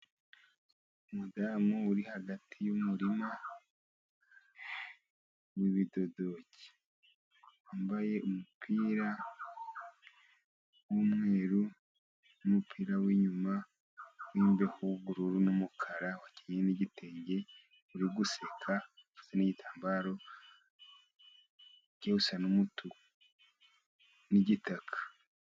Umudamu uri hagati y'umurima w'ibidodoki, wambaye umupira w'umweru n'umupira w'inyuma w'imbeho w'ubururu n'umukara, wakenyeye n'igitenge, uri guseka, n'igitambaro kijya gusa n'umutuku n'igitaka.